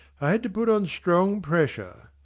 i had to put on strong pressure.